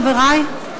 חברי.